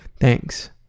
thanks